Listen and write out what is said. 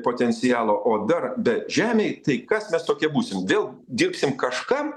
potencialo o dar be žemėj tai kas mes tokie būsim vėl dirbsim kažkam